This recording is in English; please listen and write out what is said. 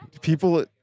people